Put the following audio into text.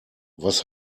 was